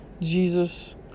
Jesus